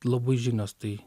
labai žinios tai